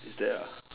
is there ah